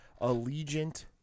Allegiant